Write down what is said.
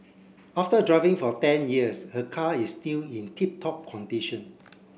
after driving for ten years her car is still in tip top condition